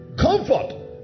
comfort